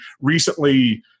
recently